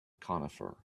conifer